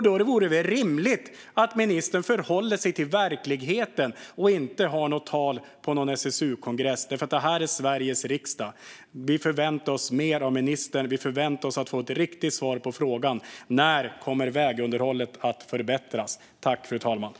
Då vore det rimligt att ministern förhåller sig till verkligheten och inte håller tal på en SSU-kongress. Det här är Sveriges riksdag. Vi förväntar oss mer av ministern och att få ett riktigt på svar på frågan om när vägunderhållet kommer att förbättras.